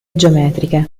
geometriche